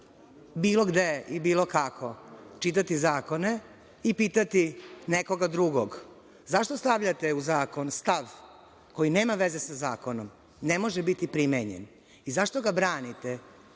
bilo gde i bilo kako, čitati zakone i pitati nekoga drugog – zašto stavljate u zakon stav koji nema veze sa zakonom, ne može biti primenjen, i zašto ga branite